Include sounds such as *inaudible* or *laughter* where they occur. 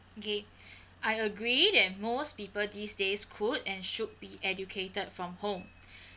okay *breath* I agree that most people these days could and should be educated from home *breath*